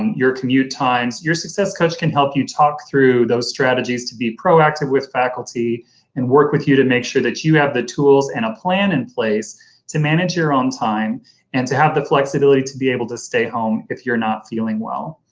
your commute times, your success coach can help you talk through those strategies to be proactive with faculty and work with you to make sure that you have the tools and a plan in place to manage your own time and to have the flexibility to be able to stay home if you're not feeling well.